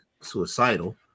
suicidal